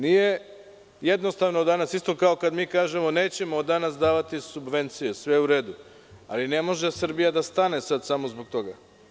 Nije jednostavno danas, isto kao kad mi kažemo – nećemo od danas davati subvencije, sve je u redu, ali ne može Srbija da stane sada samo zbog toga.